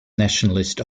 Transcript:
nationalist